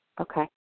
okay